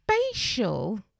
spatial